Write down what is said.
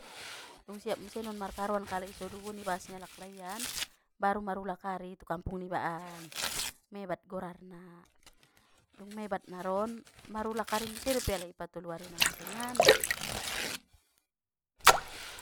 Dung siap muse naron markaroan kalai i sadun i bagas ni alaklai an, baru marulak ari tu kampung niba an, mebat golarna, dung mebat naron marulak ari muse alai i patoru arina musengan.